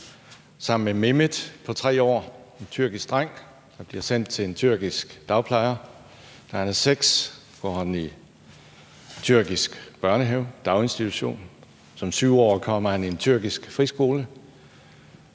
rejse med Mehmet på 3 år, en tyrkisk dreng, der bliver sendt til en tyrkisk dagplejer. Da han er 6 år, går han i tyrkisk børnehave, daginstitution. Som 7-årig kommer han i en tyrkisk friskole.